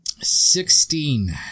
Sixteen